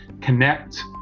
connect